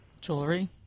Jewelry